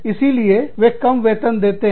इसीलिए वे कम वेतन देते हैं